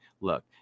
look